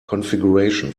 configuration